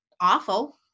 awful